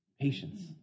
Patience